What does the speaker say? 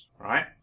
right